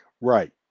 Right